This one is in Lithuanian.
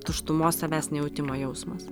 tuštumos savęs nejautimo jausmas